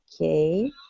Okay